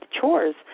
chores